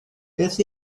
beth